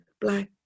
black